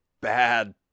bad